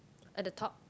uh the top